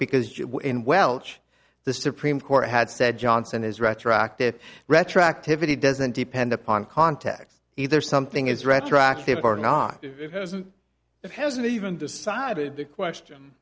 were in welch the supreme court had said johnson is retroactive retroactivity doesn't depend upon context either something is retroactive or not if it hasn't it hasn't even decided to question